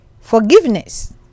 forgiveness